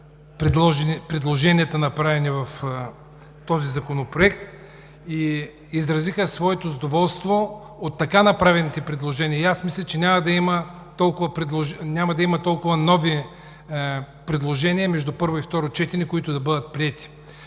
подкрепиха направените в този законопроект предложения, изразиха своето задоволство от така направените предложения. Мисля, че няма да има толкова нови предложения между първо и второ четене, които да бъдат приети.